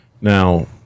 Now